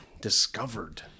discovered